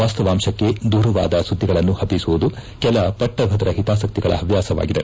ವಾಸ್ತವಾಂಶಕ್ಕೆ ದೂರವಾದ ಸುದ್ದಿಗಳನ್ನು ಹಬ್ಬಿಸುವುದು ಕೆಲ ಪಟ್ಟಧದ್ರ ಹಿತಾಸಕ್ತಿಗಳ ಹವ್ಯಾಸವಾಗಿದೆ